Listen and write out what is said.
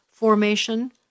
Formation